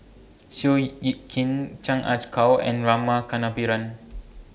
Seow Yit Kin Chan Ah Kow and Rama Kannabiran